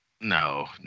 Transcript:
No